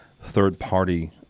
third-party